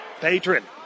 Patron